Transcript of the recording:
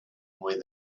where